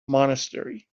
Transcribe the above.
monastery